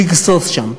לגסוס שם.